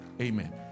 Amen